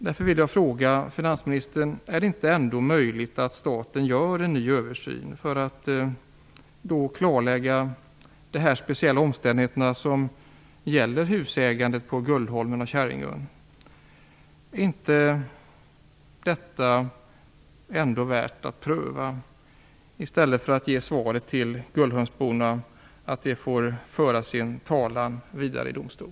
Därför vill jag fråga finansministern: Är det ändå inte möjligt att staten gör en ny översyn för att klarlägga de speciella omständigheter som gäller husägandet på Gullholmen och Käringön? Är inte detta värt att pröva i stället för att ge svaret till Gullholmsborna att de får föra sin talan vidare i domstol?